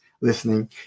listening